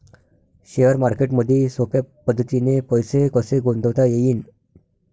Share मार्केटमधी सोप्या पद्धतीने पैसे कसे गुंतवता येईन?